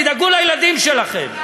תדאגו לילדים שלכם.